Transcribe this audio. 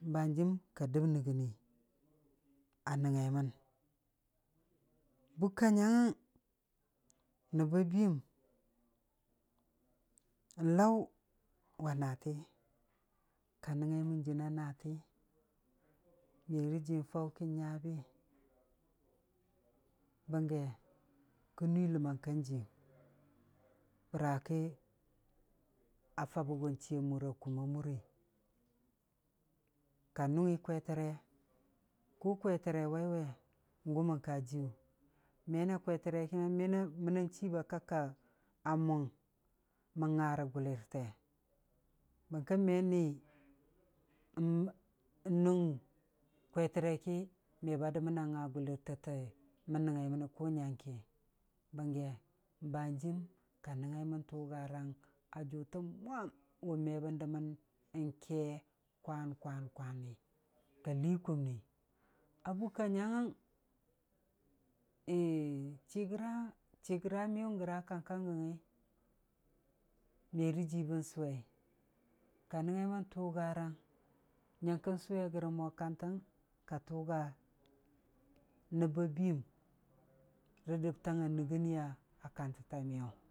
Ba hanjiim ka dəb nɨgɨnii a nangngaimən, bukka nyangngang nəb ba biiyaəm, n'lʊ wa naati, ka nəngngaimən jɨna naati me rə jil n'faʊ kin nyabi, bəngge, kən nuii ləmmang kan jiiyɨng, bəraki a fabə gon chiiya kumma murii, ka nʊngngi kwetərei, kʊ kwetərei waiwe gʊ mən ka jiiyu, me na kwewəre lei məna chii ba kak ka mʊng mən nga rə gullirte, bərka me ni n'nʊ, ni rə kwelərei ki me ba dəmən a nga gʊllir taita mən nəngngai mənni, bəngge, ban hanjiim ka nəngngaimən tʊgarang a jʊta mwam wʊ me bən dəmən n'kee kwan kwan kwani, ka lii kumnii. A bukka nyanggəng, chigra. chigra miyer wʊn gəra a kang ka gəngngi me rə jii bən sʊwei ka nəngugai wən lʊgaraug, nyəukəu sʊwe rəgə mo kantəng, ka tʊga nəb ba biiyəm, rə dəbtang a nɨggɨniya kantətta miyʊwi.